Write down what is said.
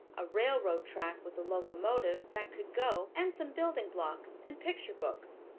a railroad track with a locomotive that could go, and some building blocks and picture books.